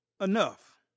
enough